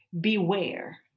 Beware